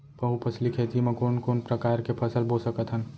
बहुफसली खेती मा कोन कोन प्रकार के फसल बो सकत हन?